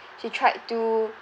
she tried to